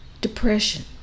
Depression